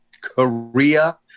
Korea